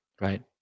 Right